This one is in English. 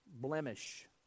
blemish